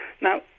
Now